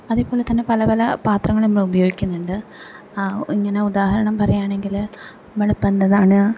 അതേപോലെത്തന്നെ പല പല പാത്രങ്ങള് നമ്മള് ഉപയോഗിക്കുന്നുണ്ട് ഇങ്ങനെ ഉദാഹരണം പറയുകയാണെങ്കിൽ നമ്മൾ ഇപ്പോൾ എന്തതാണ്